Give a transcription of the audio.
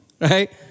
Right